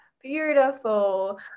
beautiful